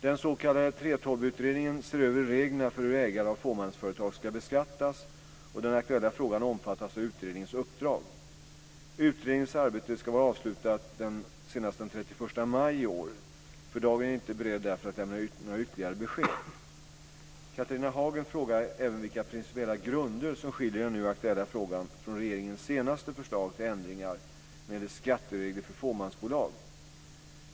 Den s.k. 3:12-utredningen ser över reglerna för hur ägare av fåmansföretag ska beskattas och den aktuella frågan omfattas av utredningens uppdrag. Utredningens arbete ska vara avslutat senast den 31 maj i år. För dagen är jag därför inte beredd att lämna några ytterligare besked. Catharina Hagen frågar även vilka principiella grunder som skiljer den nu aktuella frågan från regeringens senaste förslag till ändringar när det gäller skatteregler för fåmansbolag.